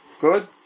Good